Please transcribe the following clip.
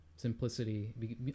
simplicity